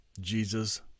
Jesus